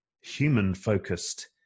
human-focused